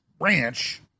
ranch